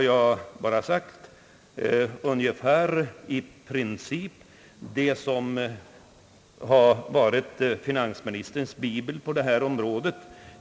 Jag har här i princip bara följt det som varit finansministerns bibel på detta område.